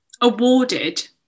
Awarded